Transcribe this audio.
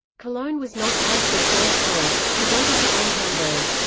cologne was not harris's first choice he wanted to bomb hamburg.